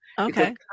Okay